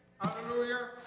Hallelujah